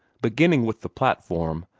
beginning with the platform,